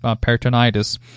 peritonitis